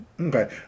Okay